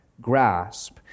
grasp